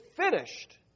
finished